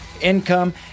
Income